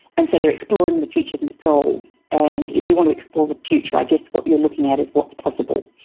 and so they're exploring the future themselves, and if you want to explore the future, i guess what you're looking at is what's possible.